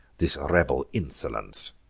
this rebel insolence?